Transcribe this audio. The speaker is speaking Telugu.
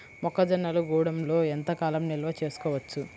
మొక్క జొన్నలు గూడంలో ఎంత కాలం నిల్వ చేసుకోవచ్చు?